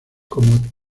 como